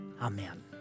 Amen